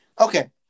Okay